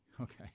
okay